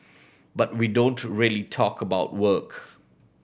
but we don't really talk about work